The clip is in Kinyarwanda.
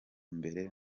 mbere